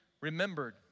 remembered